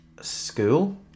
School